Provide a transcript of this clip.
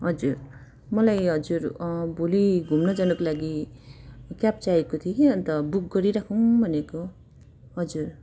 हजुर मलाई ए हजुर भोलि घुम्न जानुको लागि क्याब चाहेको थियो कि अन्त बुक गरिराखौँ भनेको हजुर